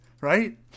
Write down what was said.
right